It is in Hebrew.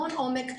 המון עומק.